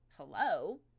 Hello